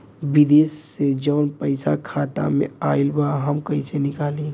विदेश से जवन पैसा खाता में आईल बा हम कईसे निकाली?